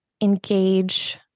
engage